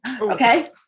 Okay